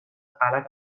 غلط